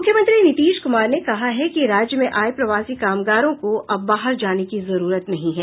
मुख्यमंत्री नीतीश कुमार ने कहा है कि राज्य में आये प्रवासी कामगारों को अब बाहर जाने की जरूरत नहीं है